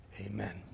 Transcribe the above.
Amen